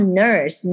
nurse